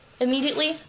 immediately